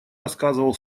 рассказывал